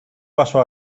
pasó